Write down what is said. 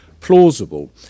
plausible